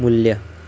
मू्ल्य